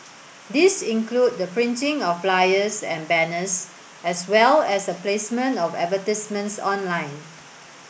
these include the printing of flyers and banners as well as the placement of advertisements online